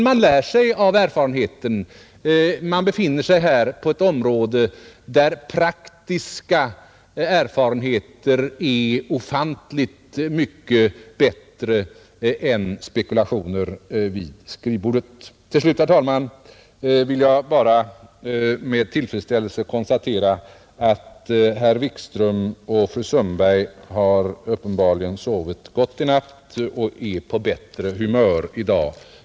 Man lär sig av erfarenheten. Man befinner sig här på ett område där praktiska erfarenheter är ofantligt mycket bättre än spekulationer vid skrivbordet. Till sist, herr talman, vill jag bara med tillfredsställelse konstatera att herr Wikström och fru Sundberg uppenbarligen sovit gott i natt och är på bättre humör i dag.